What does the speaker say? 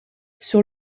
sur